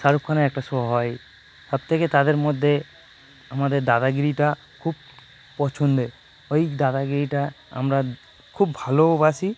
শাহরুখ খানের একটা শো হয় সব থেকে তাদের মধ্যে আমাদের দাদাগিরিটা খুব পছন্দের ওই দাদাগিরিটা আমরা খুব ভালোবাসি